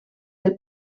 del